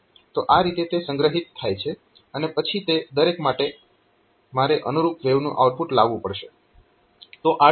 તો આ રીતે તે સંગ્રહિત થાય છે અને પછી તે દરેક માટે મારે અનુરૂપ વેવનું આઉટપુટ લાવવું પડશે